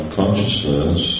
consciousness